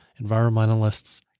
environmentalists